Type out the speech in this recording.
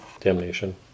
damnation